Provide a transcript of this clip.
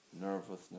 nervousness